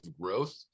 growth